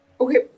okay